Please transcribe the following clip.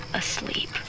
asleep